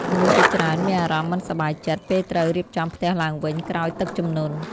មនុស្សជាច្រើនមានអារម្មណ៍មិនសប្បាយចិត្ត ពេលត្រូវរៀបចំផ្ទះឡើងវិញក្រោយទឹកជំនន់។